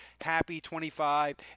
HAPPY25